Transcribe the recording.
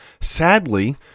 Sadly